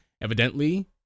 evidently